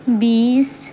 بیس